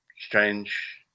strange